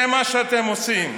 אולי תדאג, זה מה שאתם עושים.